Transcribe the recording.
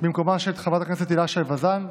במקומה של חברת הכנסת הילה שי וזאן,